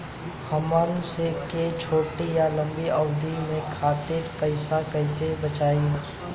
हमन के छोटी या लंबी अवधि के खातिर पैसा कैसे बचाइब?